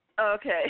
Okay